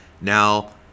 Now